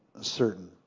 certain